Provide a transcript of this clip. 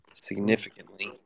significantly